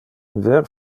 ver